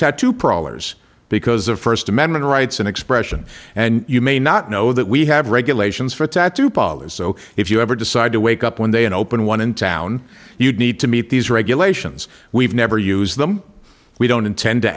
tattoo parlors because of first amendment rights and expression and you may not know that we have regulations for tattoo parlors so if you ever decide to wake up one day and open one in town you'd need to meet these regulations we've never used them we don't intend to